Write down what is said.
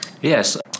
Yes